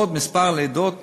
בעוד מספר הלידות